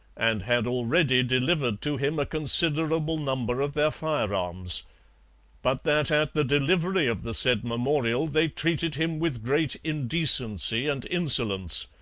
and had already delivered to him a considerable number of their firearms but that at the delivery of the said memorial they treated him with great indecency and insolence,